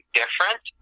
different